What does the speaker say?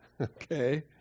Okay